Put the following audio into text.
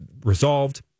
resolved